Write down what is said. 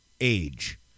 age